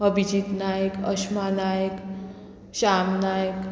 Abhijeet Naik Ashma Naik Shyam Naik